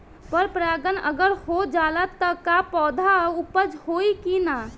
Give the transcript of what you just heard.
पर परागण अगर हो जाला त का पौधा उपज होई की ना?